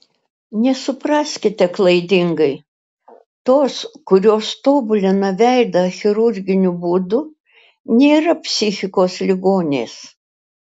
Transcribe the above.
nesupraskite klaidingai tos kurios tobulina veidą chirurginiu būdu nėra psichikos ligonės